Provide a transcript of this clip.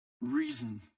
reason